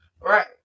Right